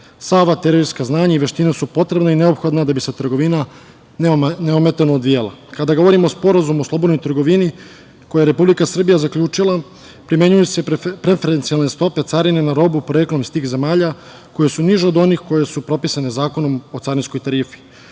ova teorijska saznanja i veština su potrebne i neophodne da bi se trgovina neometano odvijala. Kada govorimo o sporazumu o slobodnoj trgovini koju je Republika Srbija zaključila, primenjuju se preferencijalne stope carine na robu, poreklom iz tih zemalja koje su niže od onih koje su propisane Zakonom o carinskoj tarifi.